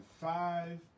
five